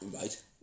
Right